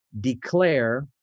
Declare